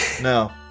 No